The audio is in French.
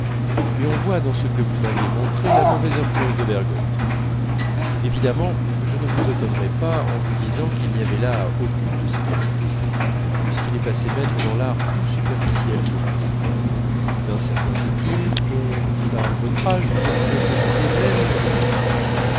mais on voit dans ce que vous m'avez montré la mauvaise influence de bergotte évidemment je ne vous étonnerai pas en vous disant qu'il n'y avait là aucune de ses qualités puisqu'il est passé maître dans l'art tout superficiel du reste d'un certain style dont à votre âge vous ne pouvez posséder même le rudiment